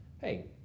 Hey